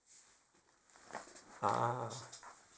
ah